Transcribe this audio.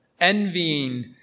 envying